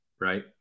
right